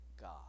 God